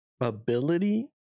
ability